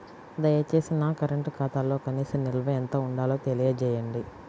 దయచేసి నా కరెంటు ఖాతాలో కనీస నిల్వ ఎంత ఉండాలో తెలియజేయండి